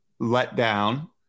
letdown